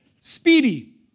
speedy